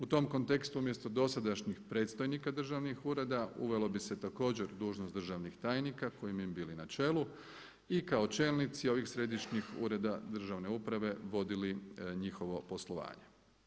U tom kontekstu umjesto dosadašnjih predstojnika državni ureda uvelo bi se također dužnost državnih tajnika koji bi im bili na čelu i kao čelnici ovih središnjih ureda državne uprave vodili njihovo poslovanje.